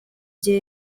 jye